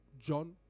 John